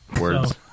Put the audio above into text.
words